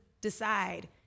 decide